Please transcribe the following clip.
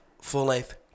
full-length